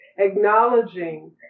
acknowledging